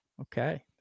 Okay